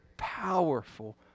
powerful